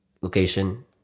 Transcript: location